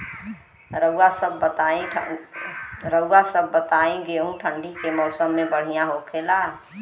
रउआ सभ बताई गेहूँ ठंडी के मौसम में बढ़ियां होखेला?